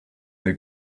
they